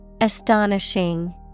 Astonishing